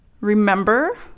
remember